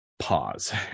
pause